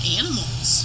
animals